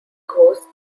ghosts